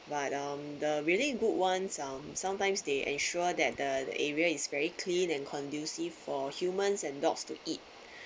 but um the really good ones um sometimes they ensure that the area is very clean and conducive for humans and dogs to eat